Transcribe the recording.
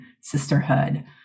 sisterhood